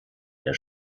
der